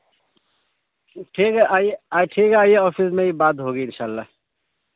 ٹھیک ہے آئیے آ ٹھیک آئیے آفس میں ہی بات ہوگی انشاء اللہ